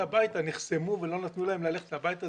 הביתה נחסמו ולא נתנו להם ללכת הביתה,